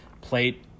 plate